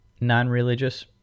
non-religious